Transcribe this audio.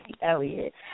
Elliott